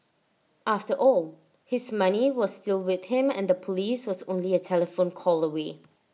after all his money was still with him and the Police was only A telephone call away